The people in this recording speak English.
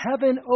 heaven